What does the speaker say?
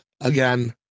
again